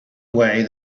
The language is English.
way